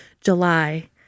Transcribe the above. July